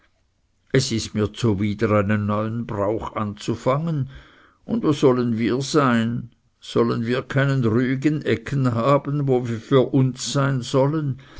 es ist mir zuwider einen neuen brauch anzufangen und wo sollen wir sein sollen wir keinen rühigen ecken haben wo wir für uns sein sollen